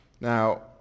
Now